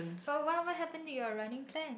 but what what happen to your running plan